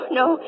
no